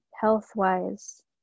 health-wise